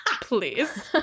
Please